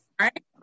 right